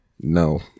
No